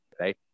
right